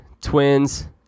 Twins